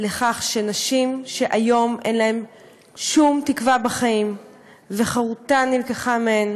לכך שנשים שהיום אין להן שום תקווה בחיים וחירותן נלקחה מהן